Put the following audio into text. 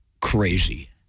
crazy